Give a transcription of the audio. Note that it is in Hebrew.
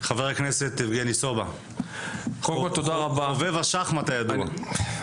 חבר הכנסת יבגני סובה, חובב השחמט הידוע, בבקשה.